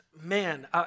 man